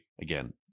again